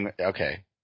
okay